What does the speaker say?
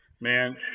man